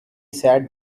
sat